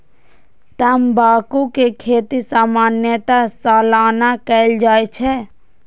तंबाकू के खेती सामान्यतः सालाना कैल जाइ छै